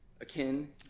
akin